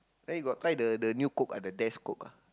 then you got try the the new Coke ah the Coke ah